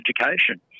education